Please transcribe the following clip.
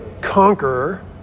conqueror